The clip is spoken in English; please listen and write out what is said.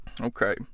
Okay